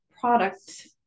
product